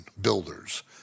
builders